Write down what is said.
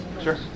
Sure